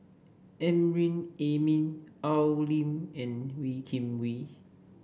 Amrin Amin Al Lim and Wee Kim Wee